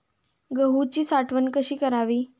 गहूची साठवण कशी करावी?